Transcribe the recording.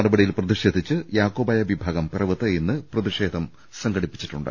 നടപടിയിൽ പ്രതിഷേധിച്ച് യാക്കോബായ വിഭാഗം പിറവത്ത് ഇന്ന് പ്രതിഷേധം സംഘടിപ്പിച്ചിട്ടുണ്ട്